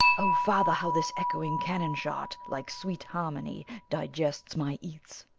o father, how this echoing cannon shot, like sweet harmony, digests my eats!